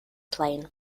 plain